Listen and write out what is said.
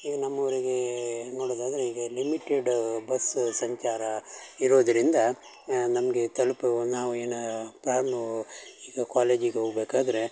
ಈಗ ನಮ್ಮ ಊರಿಗೆ ನೋಡೋದಾದ್ರೆ ಈಗ ಲಿಮಿಟೆಡ ಬಸ್ಸ ಸಂಚಾರ ಇರೋದರಿಂದ ನಮಗೆ ತಲುಪೋ ನಾವು ಏನು ಈಗ ಕಾಲೇಜಿಗೆ ಹೋಗಬೇಕಾದ್ರೆ